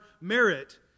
merit